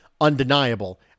undeniable